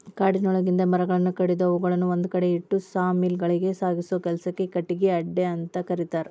ಕಾಡಿನೊಳಗಿಂದ ಮರಗಳನ್ನ ಕಡದು ಅವುಗಳನ್ನ ಒಂದ್ಕಡೆ ಇಟ್ಟು ಸಾ ಮಿಲ್ ಗಳಿಗೆ ಸಾಗಸೋ ಕೆಲ್ಸಕ್ಕ ಕಟಗಿ ಅಡ್ಡೆಅಂತ ಕರೇತಾರ